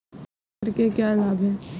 फसल चक्र के क्या लाभ हैं?